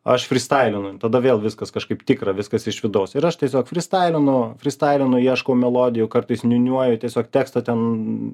aš frystailinu tada vėl viskas kažkaip tikra viskas iš vidaus ir aš tiesiog frystailinu frystailinu ieškau melodijų kartais niūniuoju tiesiog tekstą ten